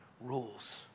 rules